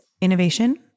innovation